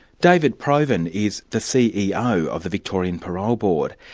david provan is the ceo of the victorian parole board.